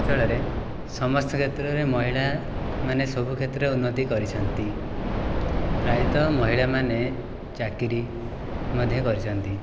ଞ୍ଚଳରେ ସମସ୍ତ କ୍ଷେତ୍ରରେ ମହିଳାମାନେ ସବୁକ୍ଷେତ୍ରରେ ଉନ୍ନତି କରିଛନ୍ତି ପ୍ରାୟତଃ ମହିଳାମାନେ ଚାକିରି ମଧ୍ୟ କରିଛନ୍ତି